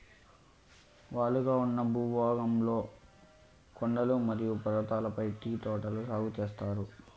వాలుగా ఉన్న భూభాగంలో కొండలు మరియు పర్వతాలపై టీ తోటలు సాగు చేత్తారు